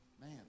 Man